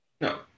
No